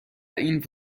این